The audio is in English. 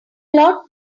lot